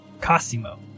Cosimo